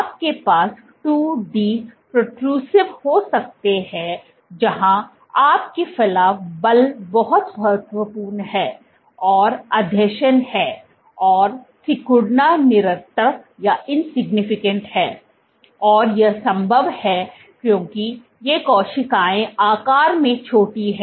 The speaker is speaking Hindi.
आपके पास 2 D प्रोट्ररूसिव हो सकते हैं जहां आपकी फलाव बल बहुत महत्वपूर्ण है और आसंजन है और सिकुड़ना निरर्थक है और यह संभव है क्योंकि ये कोशिकाएं आकार में छोटी हैं